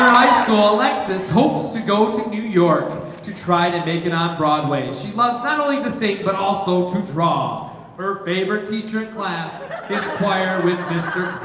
high school alexis hopes to go to new york to try to make it on broadway she loves not only to sake but also to draw her favorite teacher class is choir with mr.